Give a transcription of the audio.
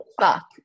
fuck